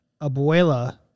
Abuela